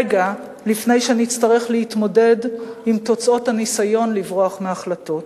רגע לפני שנצטרך להתמודד עם תוצאות הניסיון לברוח מהחלטות.